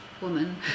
woman